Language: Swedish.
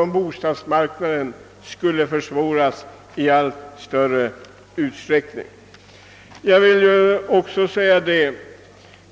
på bostadsmarknaden skall förvärras.